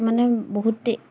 মানে বহুতেই